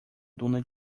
duna